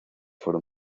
fueron